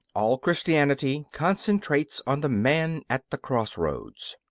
all christianity concentrates on the man at the cross-roads.